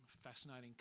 fascinating